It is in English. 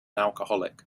alcoholic